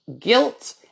guilt